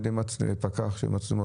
על ידי פקח של מצלמות?